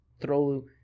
throw